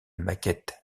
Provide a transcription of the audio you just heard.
maquette